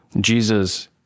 Jesus